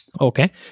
Okay